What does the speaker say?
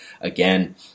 again